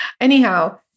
Anyhow